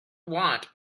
want